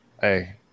hey